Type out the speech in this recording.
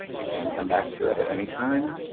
you can come back to it at any time.